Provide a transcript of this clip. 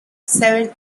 seven